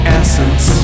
essence